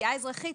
בתביעה אזרחית,